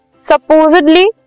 supposedly